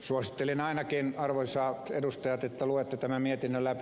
suosittelen ainakin arvoisat edustajat että luette tämän mietinnön läpi